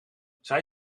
zij